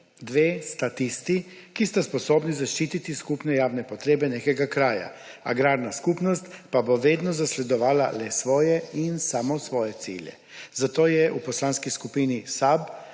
pa sta tisti, ki sta sposobni zaščititi skupne javne potrebe nekega kraja, agrarna skupnost pa bo vedno zasledovala le svoje in samo svoje cilje. Zato je v Poslanski skupini SAB